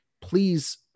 please